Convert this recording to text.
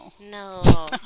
No